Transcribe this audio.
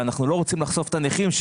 ואנחנו לא רוצים לחשוף את הנכים לכך